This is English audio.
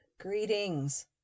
Greetings